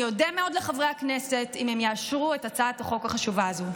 אני אודה מאוד לחברי הכנסת אם הם יאשרו את הצעת החוק החשובה הזו.